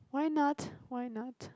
why not why not